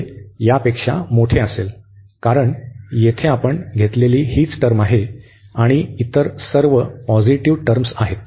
तर हे यापेक्षा मोठे असेल कारण येथे आपण घेतलेली हीच टर्म आहे आणि इतर सर्व पॉझिटिव्ह टर्म्स आहेत